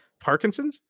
Parkinsons